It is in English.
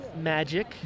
magic